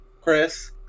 Chris